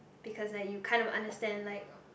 because like you kind of understand like